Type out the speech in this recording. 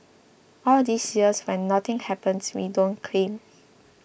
all these years when nothing happens we don't claim